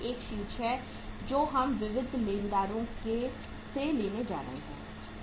एक शीर्ष है जो हम विविध लेनदारों से लेने जा रहे हैं